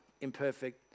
imperfect